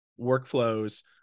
workflows